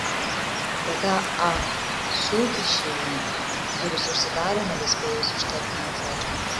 tada ah su išėjo durys užsidarė nebespėjus ištarti nė žodžio